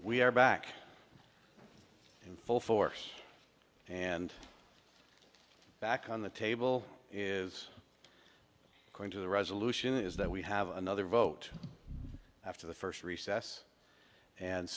we are back in full force and back on the table is going to the resolution is that we have another vote after the first recess and